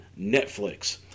Netflix